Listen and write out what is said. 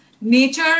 nature